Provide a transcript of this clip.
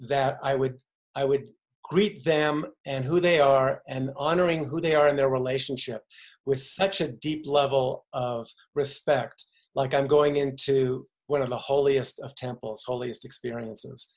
that i would i would greet them and who they are and honoring who they are and their relationship with such a deep level of respect like i'm going into one of the holiest of temples holiest experience